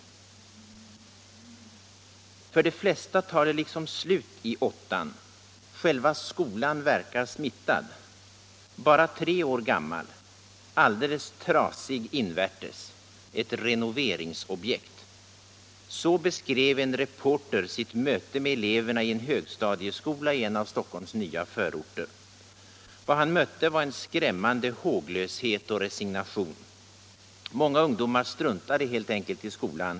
m.m. ”För de flesta tar det liksom slut i åttan. Själva skolan verkar smittad. Bara tre år gammal. Alldeles trasig invärtes. Ett renoveringsobjekt.” Så beskrev en reporter sitt möte med eleverna i en högstadieskola i en av Stockholms nya förorter. Vad han mötte var en skrämmande håglöshet och resignation. Många ungdomar struntade helt enkelt i skolan.